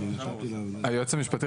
היועץ המשפטי,